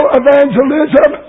evangelism